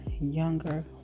younger